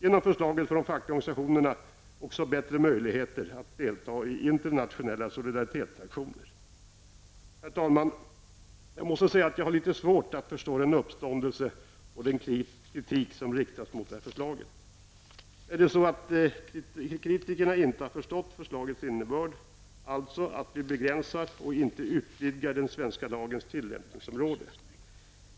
Genom förslaget får de fackliga organisationerna också bättre möjligheter att delta i internationella solidaritetsaktioner. Herr talman! Jag måste säga att jag har litet svårt att förstå den uppståndelse och den kritik som riktats mot förslaget. Är det så att kritikerna inte har förstått förslagets innebörd -- alltså att vi begränsar och inte utvidgar den svenska lagens tillämpningsområde?